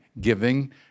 giving